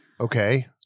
Okay